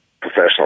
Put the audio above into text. professional